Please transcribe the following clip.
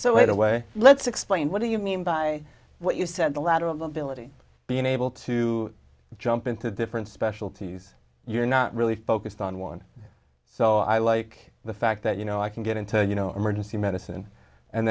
so laid away let's explain what do you mean by what you said the lateral the ability being able to jump into different specialties you're not really focused on one so i like the fact that you know i can get into you know emergency medicine and